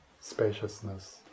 spaciousness